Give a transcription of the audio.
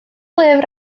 lyfr